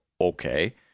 okay